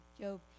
Job